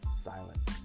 silence